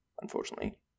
unfortunately